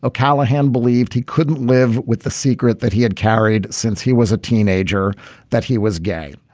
ah callahan believed he couldn't live with the secret that he had carried since he was a teenager that he was gay.